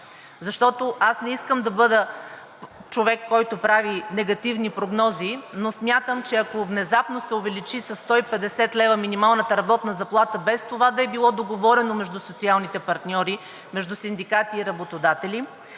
защото аз не искам да бъда човекът, който прави негативни прогнози, но смятам, че ако внезапно се увеличи със 150 лв. минималната работна заплата, без това да е било договорено между социалните партньори, между синдикати и работодатели,